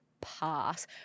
pass